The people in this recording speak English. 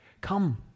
Come